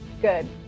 Good